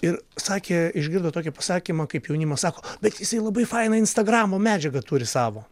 ir sakė išgirdo tokį pasakymą kaip jaunimas sako bet jisai labai fainą instagramo medžiagą turi savo